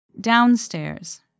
Downstairs